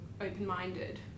open-minded